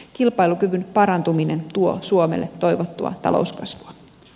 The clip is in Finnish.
kilpailukyvyn parantuminen tuo suomelle toivottua talouskasvua